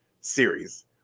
series